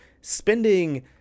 spending